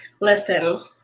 Listen